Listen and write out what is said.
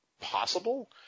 possible